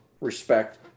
respect